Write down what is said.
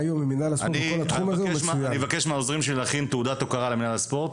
אני אבקש מהעוזרים שלי להכין תעודת הוקרה למינהל הספורט,